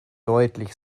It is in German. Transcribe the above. deutlich